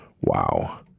Wow